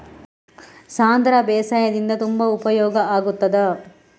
ಸಾಂಧ್ರ ಬೇಸಾಯದಿಂದ ತುಂಬಾ ಉಪಯೋಗ ಆಗುತ್ತದಾ?